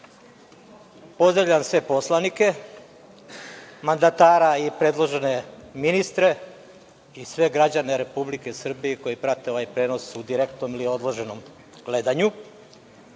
Zahvaljujem. Pozdravljam sve poslanike, mandatara i predložene ministre i sve građane Republike Srbije koji prate ovaj prenos u direktnom ili odloženom gledanju. Kao